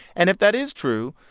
and if that is true,